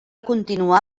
continuar